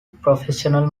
professional